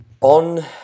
on